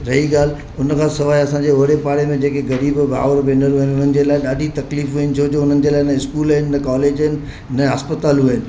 रही ॻाल्हि उन खां सवाइ असांजे ओड़े पाड़े में जेके ग़रीब भाउर भेनरूं आहिनि हुननि जे लाइ ॾाढी तकलीफ़ूं आहिनि छो जो उन्हनि जे लाइ न स्कूल आहिनि न कॉलेज आहिनि न अस्पतालूं आहिनि